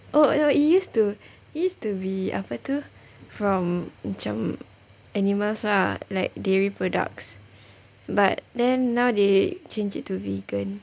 oh oh it used to it used to be apa tu from macam animals ah like dairy products but then now they change it to vegan